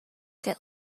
get